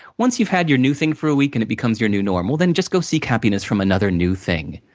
once you've had your new thing for a week, and it becomes your new normal, then just go seek happiness from another new thing.